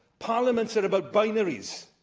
parliaments are about binaries.